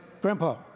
Grandpa